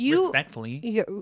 Respectfully